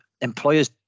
employers